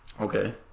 Okay